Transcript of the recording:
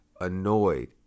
Annoyed